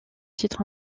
titre